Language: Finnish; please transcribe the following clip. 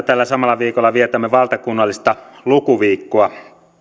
tällä samalla viikolla vietämme valtakunnallista lukuviikkoa